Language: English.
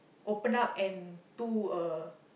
open up and do a